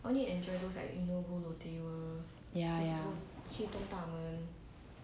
ya ya